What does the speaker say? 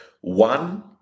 one